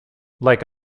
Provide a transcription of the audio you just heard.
like